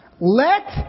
Let